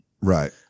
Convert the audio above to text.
Right